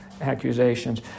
accusations